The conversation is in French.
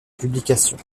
publication